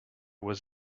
was